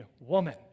woman